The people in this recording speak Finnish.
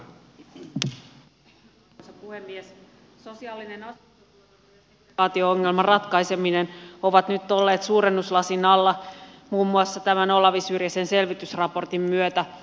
sosiaalisen asuntotuotanto ja segregaatio ongelman ratkaiseminen ovat nyt olleet suurennuslasin alla muun muassa olavi syrjäsen selvitysraportin myötä